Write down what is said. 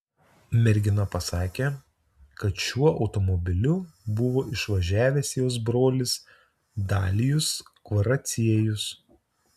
mergina pasakė kad šiuo automobiliu buvo išvažiavęs jos brolis dalijus kvaraciejus